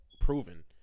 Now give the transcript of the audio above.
proven